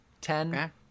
Ten